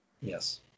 Yes